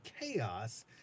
chaos